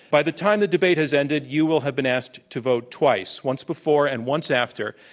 by the time the debate has ended, you will have been asked to vote twice, once before and once after,